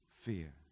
fear